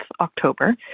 October